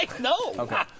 No